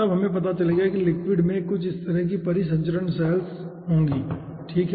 तब हमें पता चलेगा कि लिक्विड में कुछ इस तरह की परिसंचरण सेल्स होंगी ठीक है